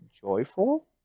joyful